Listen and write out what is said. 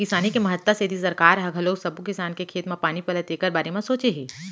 किसानी के महत्ता सेती सरकार ह घलोक सब्बो किसान के खेत म पानी पलय तेखर बारे म सोचे हे